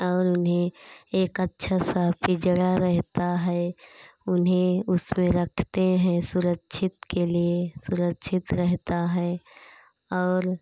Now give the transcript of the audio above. और उन्हें एक अच्छा सा पिंजरा रहता है उन्हें उसमें रखते हैं सुरक्षित के लिए सुरक्षित रहता है और